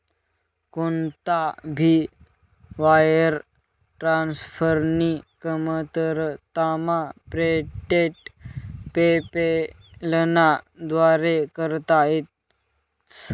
कोणता भी वायर ट्रान्सफरनी कमतरतामा पेमेंट पेपैलना व्दारे करता येस